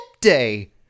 Day